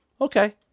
Okay